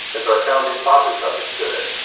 as our founding fathers understood it,